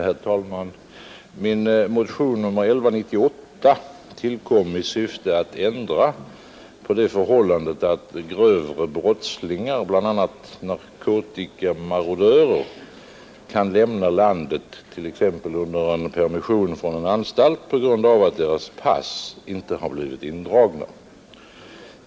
Herr talman! Min motion nr 1198 tillkom i syfte att ändra på det förhållandet att grövre brottslingar bl.a. narkotikamarodörer, kan lämna landet — t.ex. under permissioner från anstalt — därför att deras pass inte har blivit indragna.